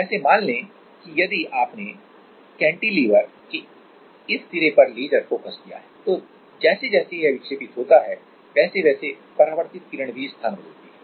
जैसे मान लें कि यदि आपने कैंटीलेवर के इस सिरे पर लेज़र फ़ोकस किया है तो जैसे जैसे यह विक्षेपित होता है वैसे वैसे परावर्तित किरण भी स्थान बदलती है